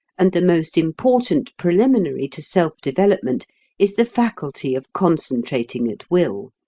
and the most important preliminary to self-development is the faculty of concentrating at will.